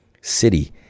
city